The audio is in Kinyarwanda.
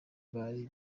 bari